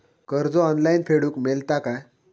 कर्ज ऑनलाइन फेडूक मेलता काय?